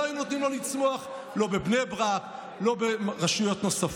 לא בבני ברק ולא ברשויות נוספות.